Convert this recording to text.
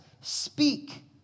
Speak